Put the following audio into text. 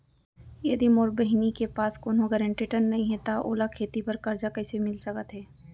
यदि मोर बहिनी के पास कोनो गरेंटेटर नई हे त ओला खेती बर कर्जा कईसे मिल सकत हे?